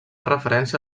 referència